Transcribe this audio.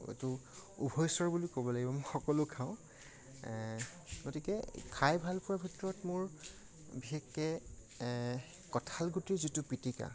এইটো উভয়চৰ বুলি ক'ব লাগিব মই সকলো খাওঁ খাই ভাল পোৱাৰ ভিতৰত মোৰ বিশেষকৈ কঁঠাল গুটিৰ যিটো পিটিকা